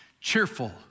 cheerful